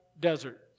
desert